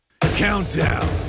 Countdown